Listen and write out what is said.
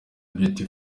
beauty